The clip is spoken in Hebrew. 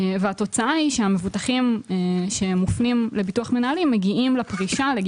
והתוצאה היא שהמובטחים שמופנים לביטוח מנהלים מגיעים לגיל